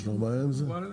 יש לכם בעיה עם זה?